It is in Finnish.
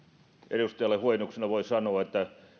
edustajalle huojennuksena voin sanoa että